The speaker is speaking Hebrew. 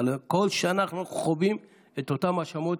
כל שנה אנחנו חווים את אותן האשמות.